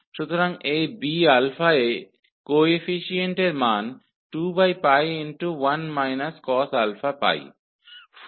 तो इस coefficient Bα का मान 21−cosαπ है